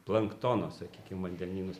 planktono sakykim vandenynus